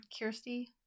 Kirsty